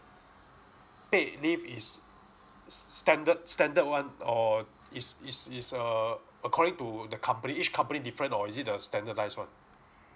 paid leave is s~ s~ s~ standard standard one or it's it's it's uh according to the company each company different or is it the standardised one